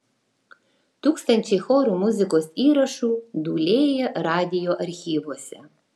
tūkstančiai chorų muzikos įrašų dūlėja radijo archyvuose